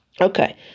Okay